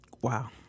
Wow